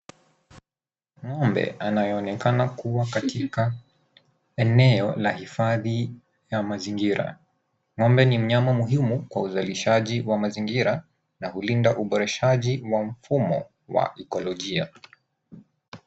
Ng'ombe anayeonekana kuwa katika eneo la hifadhi ya mazingira. Ng'ombe ni mnyama muhimu kwa uzalishaji wa mazingira na hulinda uboreshaji wa mfumo wa ikolojia.